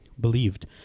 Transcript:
believed